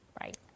right